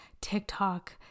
TikTok